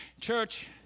Church